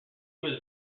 was